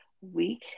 week